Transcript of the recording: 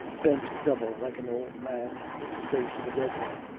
bent double like an old man, with the face of a dead one,